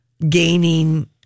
gaining